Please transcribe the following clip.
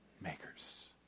Makers